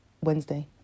Wednesday